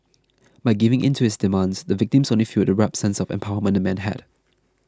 by giving in to his demands the victim only fuelled the warped sense of empowerment the man had